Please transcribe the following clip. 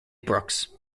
brooks